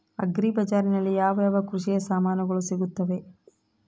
Agri ಬಜಾರಿನಲ್ಲಿ ಯಾವ ಯಾವ ಕೃಷಿಯ ಸಾಮಾನುಗಳು ಸಿಗುತ್ತವೆ?